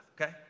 okay